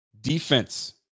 defense